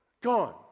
gone